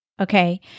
Okay